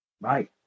right